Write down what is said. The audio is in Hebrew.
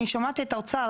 אני שומעת את האוצר,